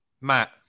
Matt